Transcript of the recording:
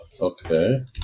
Okay